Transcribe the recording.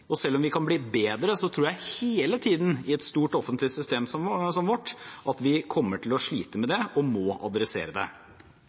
og selv om vi kan bli bedre, tror jeg at vi hele tiden i et stort offentlig system som vårt kommer til å slite med dette, og må adressere det.